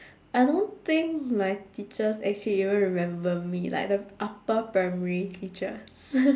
I don't think my teachers actually even remember me like the upper primary teachers